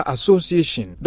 Association